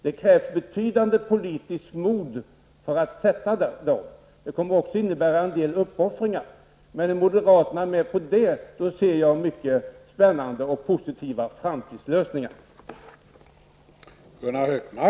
Det krävs betydande politiskt mod för att sätta dessa avgifter. Det kommer också att innebära en del uppoffringar, men är moderaterna med på detta ser jag mycket spännande och positiva framtidslösningar.